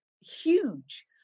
huge